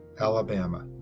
Alabama